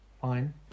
Fine